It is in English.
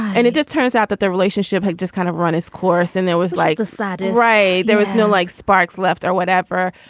and it just turns out that the relationship like just kind of run its course and there was like a sadness. right. there was no like sparks left or whatever.